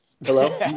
hello